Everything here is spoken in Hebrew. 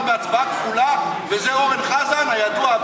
בהצבעה כפולה וזה אורן חזן הידוע,